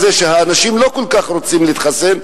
שהאנשים לא כל כך רוצים להתחסן,